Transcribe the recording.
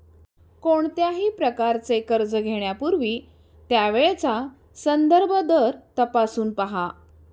कोणत्याही प्रकारचे कर्ज घेण्यापूर्वी त्यावेळचा संदर्भ दर तपासून पहा